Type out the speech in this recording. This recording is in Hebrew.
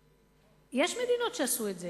יש מדינות שעשו את זה.